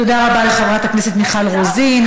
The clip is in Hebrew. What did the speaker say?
תודה רבה לחברת הכנסת מיכל רוזין.